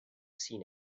seen